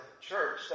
church